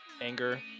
anger